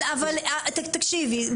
אבל תקשיבי,